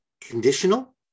conditional